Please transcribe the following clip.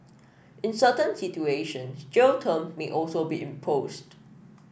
in certain situations jail term may also be imposed